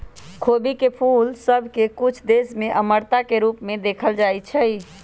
खोबी के फूल सभ के कुछ देश में अमरता के रूप में देखल जाइ छइ